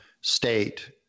state